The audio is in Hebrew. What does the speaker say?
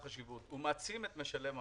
הוא מעצים את משלם המס.